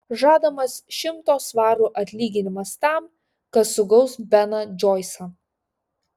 žadamas šimto svarų atlyginimas tam kas sugaus beną džoisą